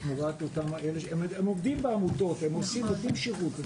הם עובדים בעמותות, הם נותנים שירות.